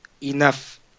enough